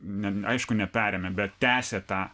neaišku neperėmė bet tęsė tą